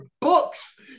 books